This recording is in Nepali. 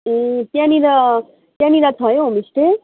ए त्यहाँनिर त्यहाँनिर छ है होमस्टे